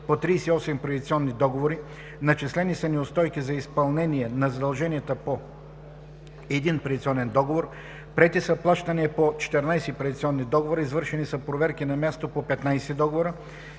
по 38 приватизационни договора; начислени са неустойки за изпълнение на задължения по 1 приватизационен договор; приети са плащания по 14 приватизационни договора; извършени са проверки на място по 15 договора;